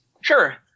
Sure